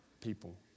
people